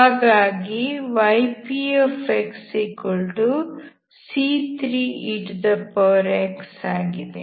ಹಾಗಾಗಿ ypxc3ex ಆಗಿದೆ